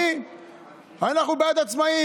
אנחנו בעד העצמאים,